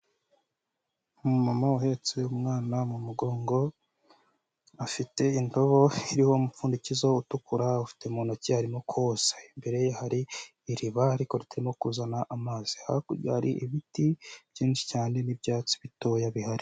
Umumama uhetse umwana mu mugongo, afite indobo iriho umupfundikizo utukura, awufite mu ntoki arimo kuwoza, imbere ye hari iriba ariko ritarimo kuzana amazi, hakurya hari ibiti byinshi cyane n'ibyatsi bitoya bihari.